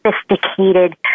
sophisticated